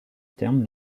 terme